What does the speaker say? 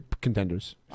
contenders